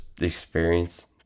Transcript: experience